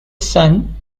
son